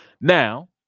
Now